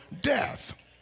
death